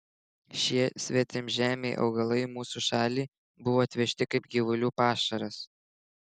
šie svetimžemiai augalai į mūsų šalį buvo atvežti kaip gyvulių pašaras